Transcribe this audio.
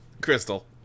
Crystal